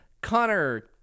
Connor